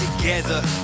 together